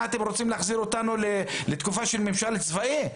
מה אתם רוצים להחזיר אותנו לתקופה של ממשל צבאי?